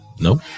Nope